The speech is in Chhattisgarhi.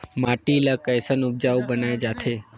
माटी ला कैसन उपजाऊ बनाय जाथे?